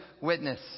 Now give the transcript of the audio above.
witness